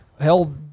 held